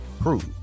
prove